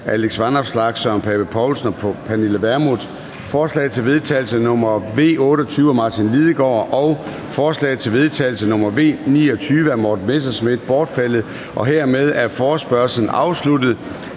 Alex Vanopslagh (LA), Søren Pape Poulsen (KF) og Pernille Vermund (NB), forslag til vedtagelse nr. V 28 af Martin Lidegaard (RV) og forslag til vedtagelse nr. V 29 af Morten Messerschmidt (DF) bortfaldet. Hermed er forespørgslen afsluttet.